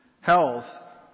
health